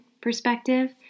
perspective